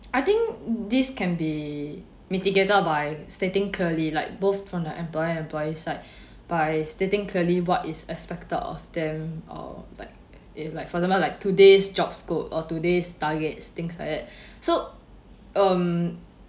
I think this can be mitigated by stating clearly like both from the employer employee side by stating clearly what is expected of them or like if like for example like today's job scope or today's targets things like that so um